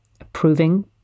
approving